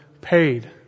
paid